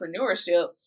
entrepreneurship